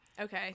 Okay